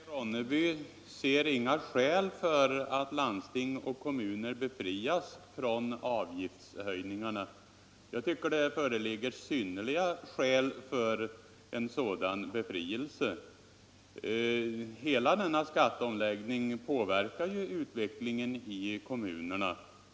Herr talman! Herr Karlsson i Ronneby ser inga skäl för att landsting och kommuner skall befrias från avgiftshöjningarna. Jag tycker att det föreligger synnerliga skäl för en sådan befrielse. Hela denna skatteomläggning påverkar ju utvecklingen i kommunerna.